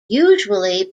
usually